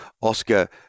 Oscar